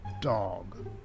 dog